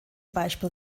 beispiel